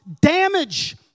damage